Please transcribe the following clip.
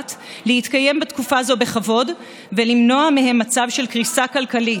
להתקיים בתקופה זו בכבוד ולמנוע מהם מצב של קריסה כלכלית.